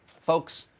folks,